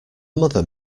mother